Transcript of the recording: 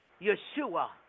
Yeshua